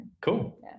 Cool